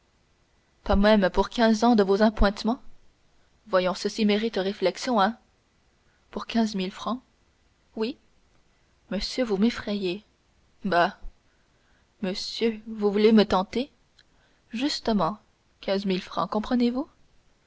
pas même pour quinze ans de vos appointements voyons ceci mérite réflexion hein pour quinze mille francs oui monsieur vous m'effrayez bah monsieur vous voulez me tenter justement quinze mille francs comprenez